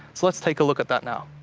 so let's take a look at that now.